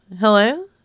Hello